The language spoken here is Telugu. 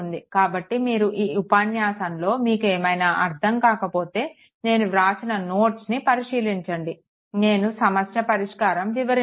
కాబట్టి మీరు ఈ ఉపన్యాసం లో మీకు ఏమైనా అర్థం కాకపోతే నేను వ్రాసిన నోట్స్ని పరిశీలించండి నేను సమస్య పరిష్కారం వివరించాను